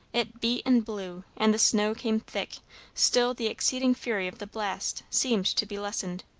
it beat and blew, and the snow came thick still the exceeding fury of the blast seemed to be lessened.